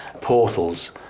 portals